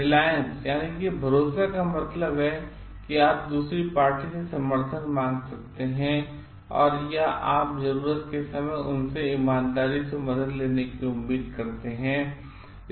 रिलायंस का मतलब है कि आप दूसरी पार्टी से समर्थन मांग सकते हैं या आप जरूरत के समय में उनसे ईमानदारी से मदद लेने की उम्मीद करते हैं